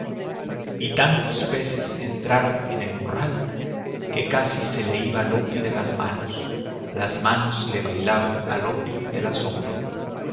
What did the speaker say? y tantos peces entraron en el morral que casi se le iba loppi de las manos las manos le bailaban a loppi del asombro